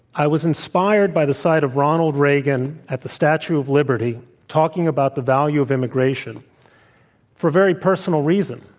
i was inspired by the sight of ronald reagan at the statue of liberty talking about the value of immigration for a very personal reason.